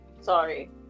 Sorry